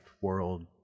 World